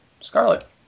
Scarlet